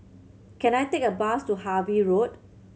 can I take a bus to Harvey Road